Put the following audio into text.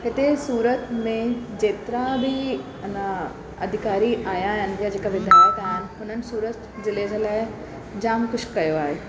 हिते सूरत में जेतिरा बि अना अधिकारी आयां आहिनि या जेका विधायक आयां आहिनि हुननि सूरत ज़िले जे लाइ जाम कुझु कयो आहे